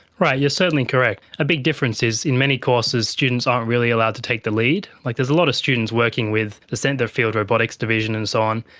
right, you're certainly correct. a big difference is in many courses students aren't really allowed to take the lead. like there's a lot of students working with the centre for field robotics division and so on,